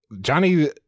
Johnny